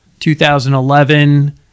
2011